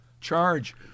charge